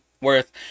worth